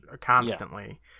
constantly